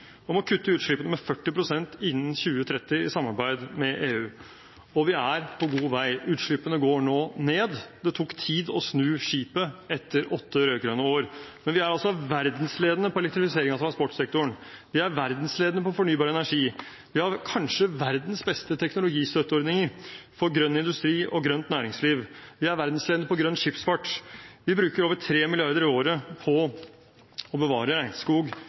om å kutte utslippene med 40 pst. innen 2030 i samarbeid med EU. Vi er på god vei. Utslippene går nå ned. Det tok tid å snu skipet etter åtte rød-grønne år, men vi er nå verdensledende innen elektrifisering av transportsektoren, og vi er verdensledende på fornybar energi. Vi har kanskje verdens beste teknologistøtteordninger for grønn industri og grønt næringsliv, og vi er verdensledende på grønn skipsfart. Vi bruker over 3 mrd. kr i året på å bevare regnskog,